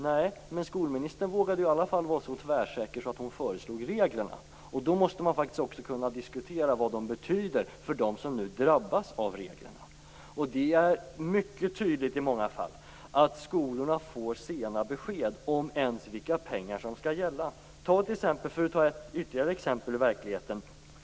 Nej, men skolministern vågar i alla fall vara så tvärsäker att hon föreslog reglerna, och då måste man faktiskt också kunna diskutera vad de betyder för dem som nu drabbas av reglerna. I många fall är det mycket tydligt att skolorna får sena besked om vilka pengar som skall gälla.